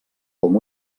com